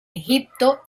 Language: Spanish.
egipto